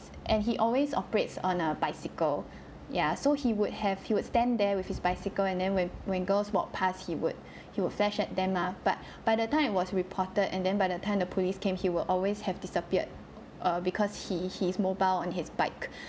and he always operates on a bicycle ya so he would have you would stand there with his bicycle and then when when girls walk past he would he would flashed at them lah but by the time it was reported and then by the time the police came he will always have disappeared because he he's mobile on his bike